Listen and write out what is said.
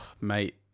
mate